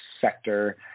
sector